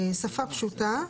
"שפה פשוטה"